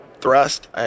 thrust